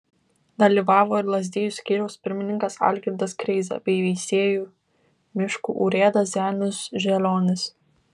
dalyvavo ir lazdijų skyriaus pirmininkas algirdas kreiza bei veisiejų miškų urėdas zenius želionis